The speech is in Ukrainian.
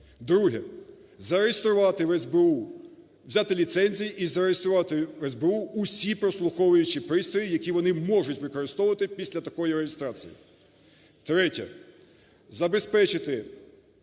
Друге. Зареєструвати в СБУ, взяти ліцензії і зареєструвати в СБУ всі прослуховуючі пристрої, які вони можуть використовувати після такої реєстрації. Третє. Забезпечити